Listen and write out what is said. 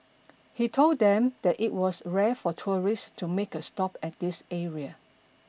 he told them that it was rare for tourists to make a stop at this area